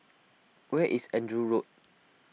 where is Andrew Road